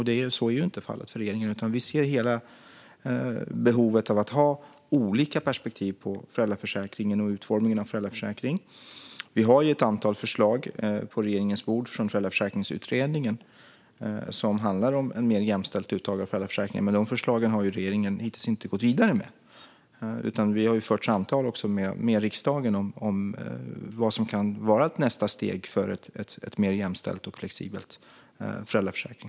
Men så är inte fallet, utan regeringen ser behovet av att ha olika perspektiv på föräldraförsäkringen och utformningen av den. Vi har ett antal förslag på regeringens bord från Föräldraförsäkringsutredningen som handlar om ett mer jämställt uttag i föräldraförsäkringen. Men de förslagen har regeringen hittills inte gått vidare med, utan vi har fört samtal med riksdagen om vad som kan vara ett nästa steg mot en mer jämställd och flexibel föräldraförsäkring.